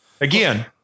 Again